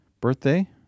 birthday